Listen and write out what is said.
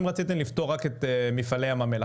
אם רציתם לפטור רק את מפעלי ים המלח,